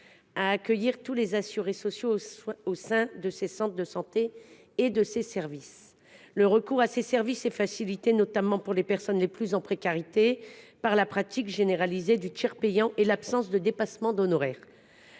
à accueillir tous les assurés sociaux au sein de ses centres de santé et de ses services. Le recours à ces derniers est facilité, notamment pour les personnes les plus précaires, par la pratique généralisée du tiers payant et l’absence de dépassement d’honoraires.